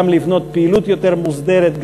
גם לבנות פעילות יותר מוסדרת,